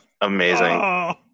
Amazing